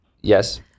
Yes